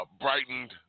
brightened